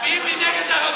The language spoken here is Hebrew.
מצביעים לי נגד ערבים.